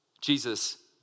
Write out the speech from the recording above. Jesus